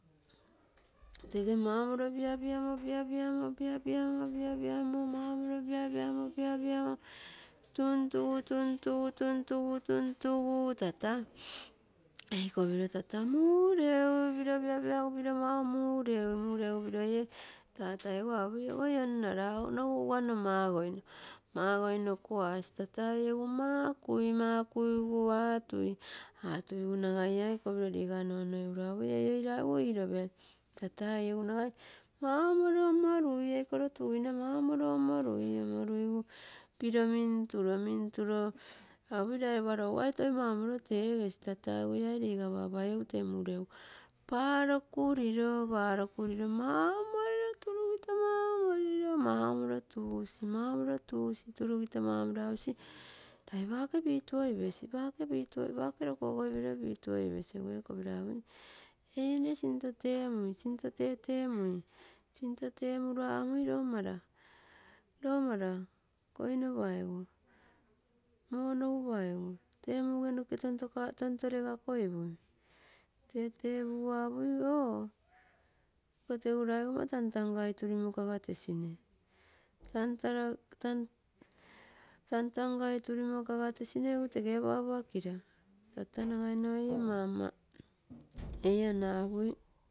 Tege mau morilo piapiamo, piapiamo, piapiamo, piapiamo, mau morilo piapiamo, piapiamo tuntugu, tuntugu, tuntugu, tuntugu tata, eikopiro tata mureuii, piro plapiagu mau mureui. Mureugu egu eie tatai piro apui ogoi on-nara, nogu ugua nno magoino, magoinoku asi rata ei egu makui, makui, makuigu atui, atuigu nagai iai kopiro liga nonoi uro agui ei oiraugu iropem. Tata ei egu nagai mau morilo omorui, eikoro tuina mau moro omorui, omoruigu piro minturo, minturo apui lai lopa lougai toi mau morila tegesi tata, egu iai liga papai tee mureugupaiokurilo, palokurilo, paiokurilo mau morilo turilo, mau morilo tusi mau morilo tusi turugito apusi lai paka pituoipesi, pake pituoipes, paka rokogoipesilo pitusi egu eie kopiro apui. ei kopiro nna sinto tete mui sinto tetemui, sinto temui, temuro amui lo mara, lo mara koino paigu mara monogu paigu tee muge noke tonto legakoimui tete pugu apui oo iko tegis laigoma tantan. Aitorimo kagatesina tantan aiturimo kagatesina egu tege apa apakira egu eie mama eie ana,